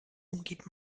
umgeht